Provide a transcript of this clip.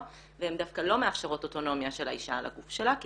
והן דווקא לא מאפשרות אוטונומיה של האישה על הגוף שלה כי